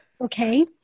Okay